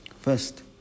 First